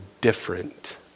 different